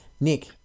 Nick